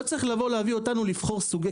לא צריך לבוא ולהביא אותנו לבחור סוגי